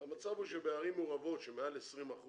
המצב הוא שבערים מעורבות מעל 20%